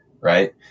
Right